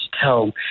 tell